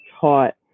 taught